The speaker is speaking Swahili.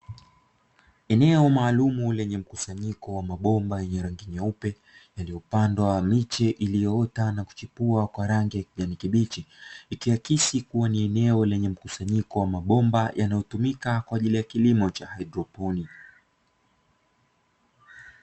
Eneo maalumu lenye mkusanyiko wa mabomba yenye rangi nyeupe, yaliyopandwa miche iliyoota na kuchipua kwa rangi ya kijani kibichi, ikiakisi kuwa ni eneo lenye mkusanyiko wa mabomba yanayotumika kwa ajili ya kilimo cha haidroponi.